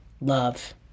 love